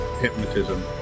Hypnotism